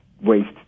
waste